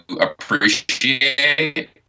appreciate